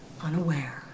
unaware